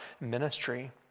ministry